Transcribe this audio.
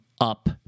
up